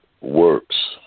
works